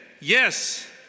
yes